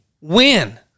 win